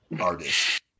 artist